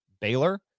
Baylor